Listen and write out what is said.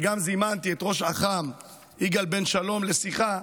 וגם זימנתי את ראש אח"מ יגאל בן שלום לשיחה,